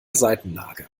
seitenlage